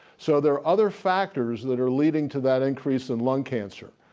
so there are other factors that are leading to that increase in lung cancer.